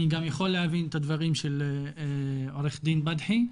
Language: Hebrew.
אני גם יכול להבין את הדברים של עורך דין בדחי,